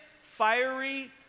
fiery